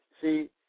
see